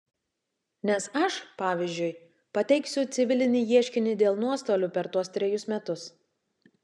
nes aš pavyzdžiui pateiksiu civilinį ieškinį dėl nuostolių per tuos trejus metus